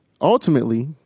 ultimately